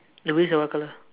the wheels are what colour